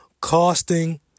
costing